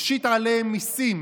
השית עליהם מיסים,